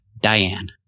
Diane